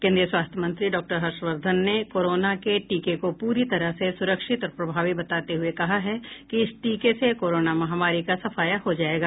केन्द्रीय स्वास्थ्य मंत्री डॉक्टर हर्षवर्धन ने कोरोना के टीके को पूरी तरह से सुरक्षित और प्रभावी बताते हुए कहा है कि इस टीके से कोरोना महामारी का सफाया हो जायेगा